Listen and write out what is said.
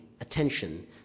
attention